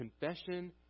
Confession